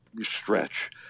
stretch